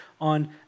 on